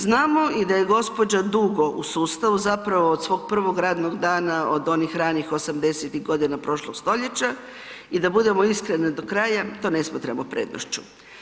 Znamo i da je gospođa dugo u sustavu, zapravo od svog prvog radnog dana, od onih ranih 80-ih godina prošlog stoljeća i da budemo iskreni do kraja, to ne smatramo prednošću.